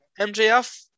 MJF